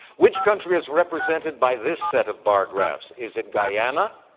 which country is represented by this set of bar graphs? is it guyana,